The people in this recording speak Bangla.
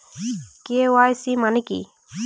কে.ওয়াই.সি মানে কি?